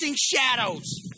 shadows